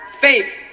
faith